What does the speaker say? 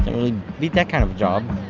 really beat that kind of job.